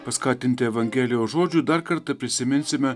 paskatinti evangelijos žodžių dar kartą prisiminsime